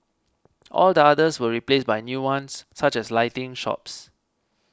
all the others were replaced by new ones such as lighting shops